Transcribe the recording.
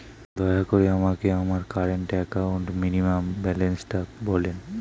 দয়া করে আমাকে আমার কারেন্ট অ্যাকাউন্ট মিনিমাম ব্যালান্সটা বলেন